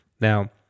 Now